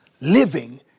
living